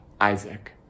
Isaac